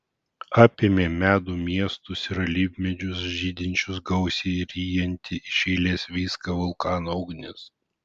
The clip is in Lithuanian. apėmė medų miestus ir alyvmedžius žydinčius gausiai ryjanti iš eilės viską vulkano ugnis